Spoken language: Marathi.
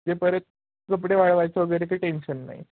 ते परत कपडे वाळवायचं वगैरे काही टेन्शन नाही